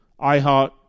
iHeart